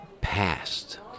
past